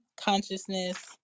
consciousness